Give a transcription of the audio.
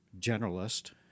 generalist